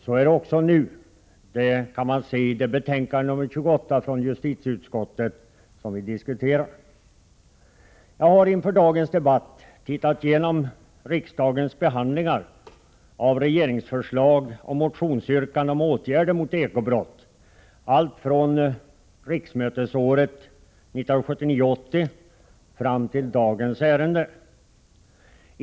Så är det också nu — det kan man se i det betänkande, nr 28 från justitieutskottet, som vi diskuterar. Inför dagens debatt har jag sett på riksdagens behandling av olika regeringsförslag och motionsyrkanden om åtgärder mot eko-brott, alltifrån riksmötet 1979/80 fram till i dag.